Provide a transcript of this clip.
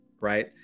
right